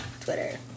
Twitter